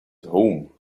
home